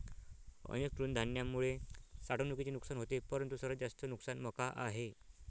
अनेक तृणधान्यांमुळे साठवणुकीचे नुकसान होते परंतु सर्वात जास्त नुकसान मका आहे